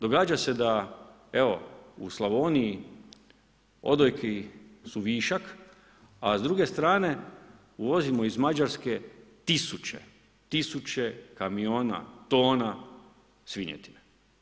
Događa se da, evo, u Slavoniji odojci su višak, a s druge strane, uvozimo iz Mađarske tisuće kamiona tona svinjetine.